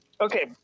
Okay